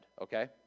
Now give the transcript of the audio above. okay